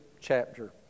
chapter